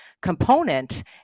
component